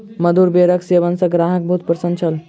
मधुर बेरक सेवन सॅ ग्राहक बहुत प्रसन्न छल